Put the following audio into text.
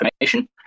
information